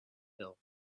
hill